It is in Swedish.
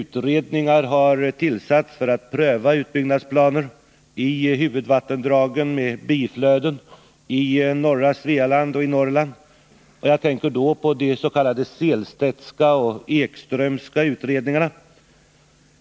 Utredningar har tillsatts för att pröva planer på utbyggnad av huvudvattendragen med biflöden i norra Svealand och i Norrland — jag tänker då på de s.k. Sehlstedtska och Ekströmska utredningarna.